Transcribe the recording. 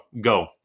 go